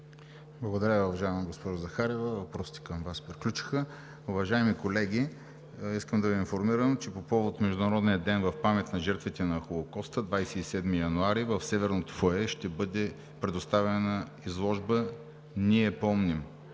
Благодаря Ви, уважаема госпожо Захариева. Въпросите към Вас приключиха. Уважаеми колеги, искам да Ви информирам, че по повод Международния ден в памет на жертвите на Холокоста – 27 януари, в Северното фоайе ще бъде представена изложба „Ние помним“,